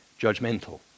judgmental